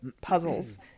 puzzles